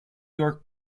york